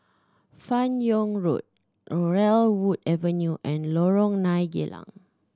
Fan Yoong Road Laurel Wood Avenue and Lorong Nine Geylang